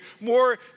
more